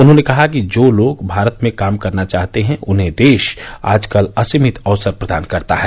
उन्होंने कहा कि जो लोग भारत में काम करना चाहते हैं उन्हें देश आजकल असीमित अवसर प्रदान करता है